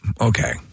Okay